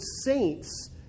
saints